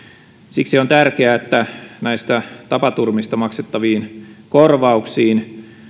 siksi on tärkeää että näistä tapaturmista maksettaviin korvauksiin